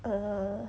err